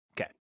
Okay